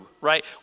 right